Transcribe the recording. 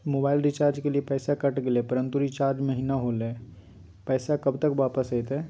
Mobile recharge के लिए पैसा कट गेलैय परंतु रिचार्ज महिना होलैय, पैसा कब तक वापस आयते?